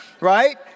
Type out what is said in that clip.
right